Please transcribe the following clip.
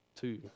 two